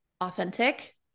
authentic